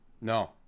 No